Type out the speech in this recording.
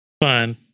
Fine